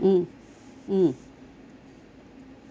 mm